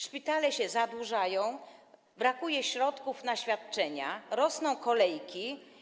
Szpitale się zadłużają, brakuje środków na świadczenia, rosną kolejki.